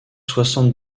soixante